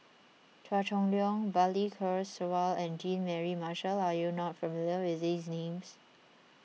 Chua Chong Long Balli Kaur Jaswal and Jean Mary Marshall are you not familiar with these names